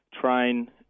train